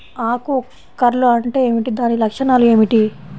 ఆకు కర్ల్ అంటే ఏమిటి? దాని లక్షణాలు ఏమిటి?